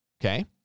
okay